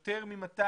יותר מ-200